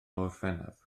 orffennaf